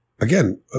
Again